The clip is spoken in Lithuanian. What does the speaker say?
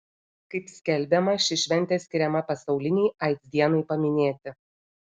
kaip skelbiama ši šventė skiriama pasaulinei aids dienai paminėti